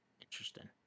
Interesting